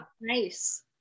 Nice